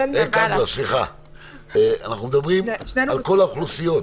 אנחנו מדברים על כל האוכלוסיות,